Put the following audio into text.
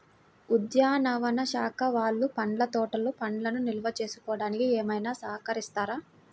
ఉద్యానవన శాఖ వాళ్ళు పండ్ల తోటలు పండ్లను నిల్వ చేసుకోవడానికి ఏమైనా సహకరిస్తారా?